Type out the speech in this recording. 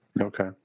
Okay